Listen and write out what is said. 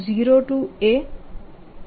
2πrdr છે